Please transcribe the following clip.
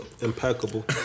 impeccable